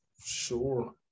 sure